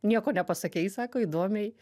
nieko nepasakei sako įdomiai